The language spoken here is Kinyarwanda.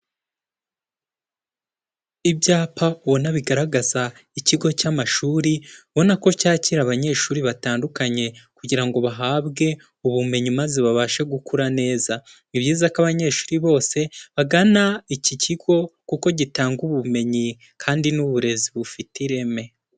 Ibyapa ubona bigaragaza ikigo cy'amashuri, ubona ko cyakira abanyeshuri batandukanye kugira ngo bahabwe ubumenyi maze babashe gukura neza, ni byiza ko abanyeshuri bose bagana iki kigo kuko gitanga ubumenyi kandi n'uburezi bufite ireme.